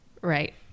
Right